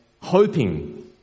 hoping